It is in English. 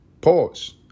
pause